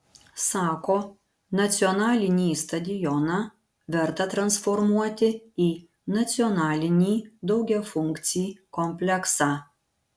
sako nacionalinį stadioną verta transformuoti į nacionalinį daugiafunkcį kompleksą